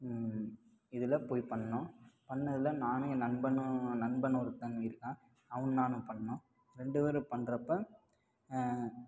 இதில் போய் பண்ணோம் பண்ணதில் நானும் என் நண்பனும் நண்பன் ஒருத்தன் இருக்கான் அவனும் நானும் பண்ணோம் ரெண்டு பேரும் பண்ணுறப்ப